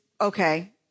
okay